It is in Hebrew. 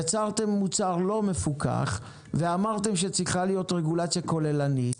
יצרתם מוצר לא מפוקח ואמרתם שצריכה להיות רגולציה כוללנית,